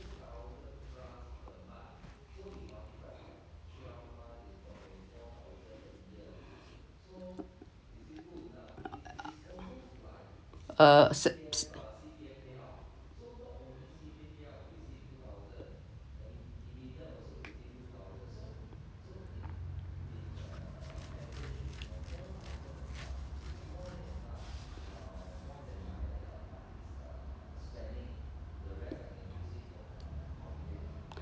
uh sep~